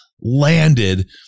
landed